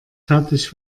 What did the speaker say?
fertig